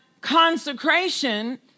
consecration